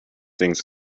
things